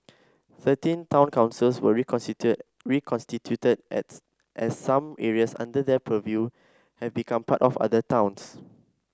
thirteen town councils were reconstituted as as some areas under their purview have become part of other towns